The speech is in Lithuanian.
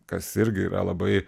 kas irgi yra labai